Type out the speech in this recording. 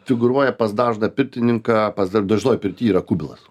figūruoja pas dažną pirtininką pas dar dažnoj pirty yra kubilas